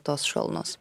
tos šalnos